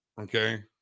okay